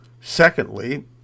Secondly